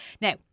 Now